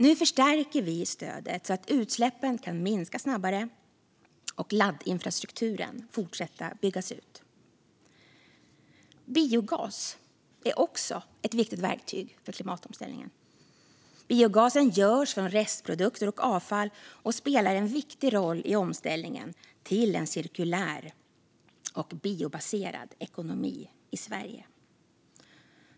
Nu förstärker vi stödet så att utsläppen kan minska snabbare och laddinfrastrukturen fortsätta byggas ut. Biogas är också ett viktigt verktyg för klimatomställningen. Biogas görs från restprodukter och avfall och spelar en viktig roll i omställningen till en cirkulär och biobaserad ekonomi i Sverige.